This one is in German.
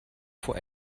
vor